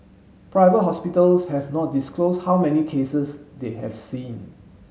private hospitals have not disclosed how many cases they have seen